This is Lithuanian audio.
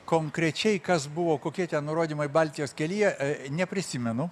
konkrečiai kas buvo kokie tie nurodymai baltijos kelyje neprisimenu